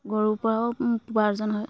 গৰুৰ পৰাও উপাৰ্জন হয়